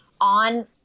on